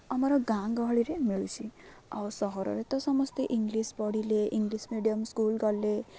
ଆମର ଗାଁ ଗହଳିରେ ମିଳୁଛିି ଆଉ ସହରରେ ତ ସମସ୍ତେ ଇଂଲିଶ୍ ପଢ଼ିଲେ ଇଂଲିଶ୍ ମିଡ଼ିୟମ୍ ସ୍କୁଲ୍ ଗଲେ